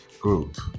group